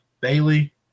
Bailey